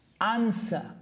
answer